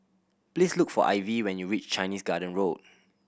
please look for Ivey when you reach Chinese Garden Road